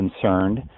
concerned